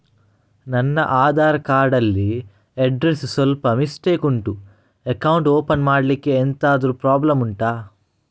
ನನ್ನ ಆಧಾರ್ ಕಾರ್ಡ್ ಅಲ್ಲಿ ಅಡ್ರೆಸ್ ಸ್ವಲ್ಪ ಮಿಸ್ಟೇಕ್ ಉಂಟು ಅಕೌಂಟ್ ಓಪನ್ ಮಾಡ್ಲಿಕ್ಕೆ ಎಂತಾದ್ರು ಪ್ರಾಬ್ಲಮ್ ಉಂಟಾ